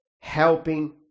helping